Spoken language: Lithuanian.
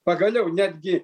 pagaliau netgi